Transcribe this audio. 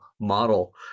model